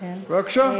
בבקשה.